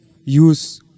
use